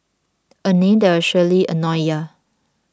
a name that will surely annoy ya